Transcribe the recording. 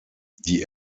die